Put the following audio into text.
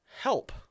help